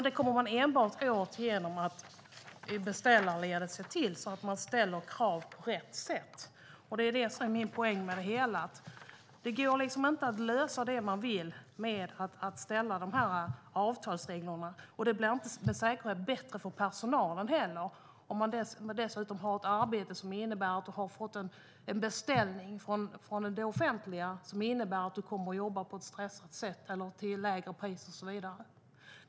Det kommer man enbart åt genom att se till att det ställs krav på rätt sätt i beställarledet. Det är det som är min poäng. Det går inte att lösa det man vill genom att ställa avtalsregler. Det är inte heller säkert att det blir bättre för personalen, om de dessutom har ett arbete där de har fått en beställning från det offentliga som i sin tur innebär att de kommer att jobba på ett stressat sätt till lägre pris och så vidare.